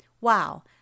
wow